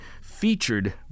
featured